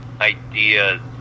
ideas